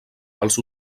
els